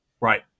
Right